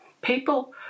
people